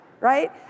right